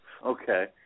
Okay